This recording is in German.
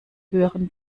höheren